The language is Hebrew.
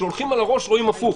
כשהולכים על הראש, רואים הופך.